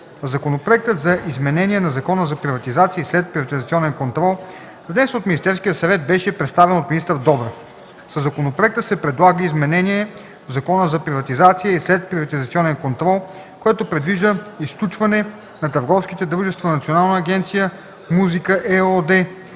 Законопроектът за изменение на Закона за приватизация и следприватизационен контрол, внесен от Министерския съвет, беше представен от министър Добрев. Със законопроекта се предлага изменение в Закона за приватизация и следприватизационен контрол, което предвижда изключване на търговските дружества